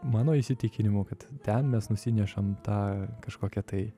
mano įsitikinimu kad ten mes nusinešam tą kažkokią tai